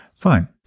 Fine